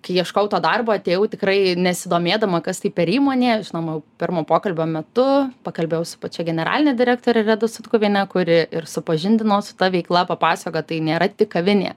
kai ieškojau to darbo atėjau tikrai nesidomėdama kas tai per įmonė žinoma pirmo pokalbio metu pakalbėjau su pačia generaline direktore reda sutkuviene kuri ir supažindino su ta veikla papasakojo tai nėra tik kavinė